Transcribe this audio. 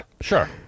sure